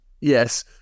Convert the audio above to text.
Yes